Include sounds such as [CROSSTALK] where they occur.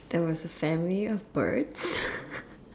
there was a family of birds [LAUGHS]